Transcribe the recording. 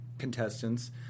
Contestants